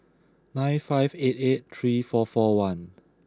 nine five eight eight three four four one